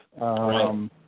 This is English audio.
right